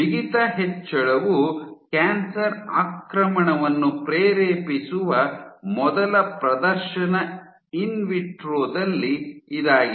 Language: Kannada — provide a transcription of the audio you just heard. ಬಿಗಿತ ಹೆಚ್ಚಳವು ಕ್ಯಾನ್ಸರ್ ಆಕ್ರಮಣವನ್ನು ಪ್ರೇರೇಪಿಸುವ ಮೊದಲ ಪ್ರದರ್ಶನ ಇನ್ವಿಟ್ರೊ ದಲ್ಲಿ ಇದಾಗಿದೆ